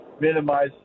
minimize